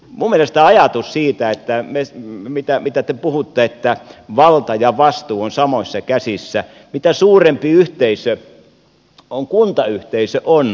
muu merestä ajatus siitä että edes mitään mitä te puhutte siitä että valta ja vastuu on samoissa käsissä sitä enemmän mitä suurempi yhteisö kuntayhteisö on